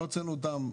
לא הוצאנו אותם?